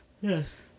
Yes